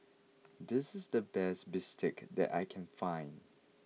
this is the best Bistake that I can find